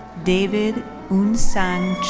david eunsang